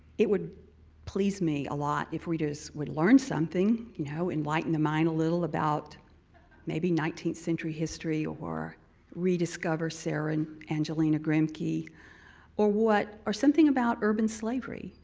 it would please me a lot if readers would learn something, you know enlighten the mind a little about maybe nineteenth century history or rediscover sarah and angelina grimke. or what, or something about urban slavery,